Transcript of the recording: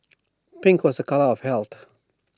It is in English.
pink was A colour of health